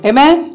Amen